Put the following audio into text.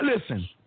Listen